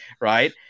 right